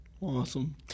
Awesome